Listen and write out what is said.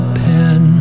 pen